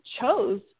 chose